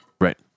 Right